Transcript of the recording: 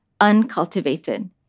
uncultivated